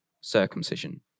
circumcision